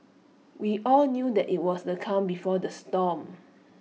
we all knew that IT was the calm before the storm